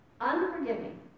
unforgiving